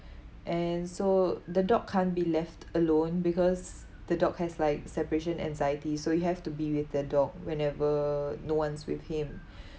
and so the dog can't be left alone because the dog has like separation anxiety so you have to be with the dog whenever no one's with him